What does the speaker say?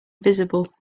visible